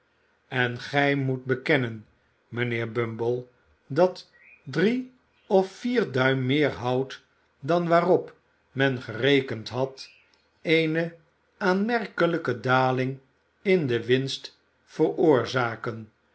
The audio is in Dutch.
en gij moet bekennen mijnheer bumble dat drie of vier duim meer hout dan waarop men gerekend had eene aanmerkelijke daling in de winst veroorzaken